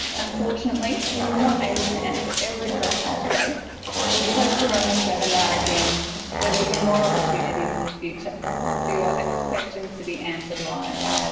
unfortunately we were not able to answer every question today but we hope to run this webinar again so there will be more opportunities in the future for your questions to be answered live.